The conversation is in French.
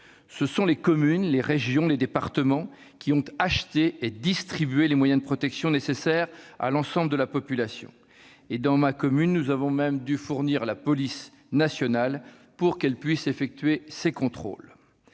Ce sont les communes, les régions et les départements qui ont acheté et distribué les moyens de protection nécessaires à l'ensemble de la population. Dans ma commune, nous avons même dû fournir la police nationale pour qu'elle puisse effectuer ses contrôles